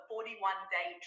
41-day